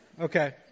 Okay